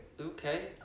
Okay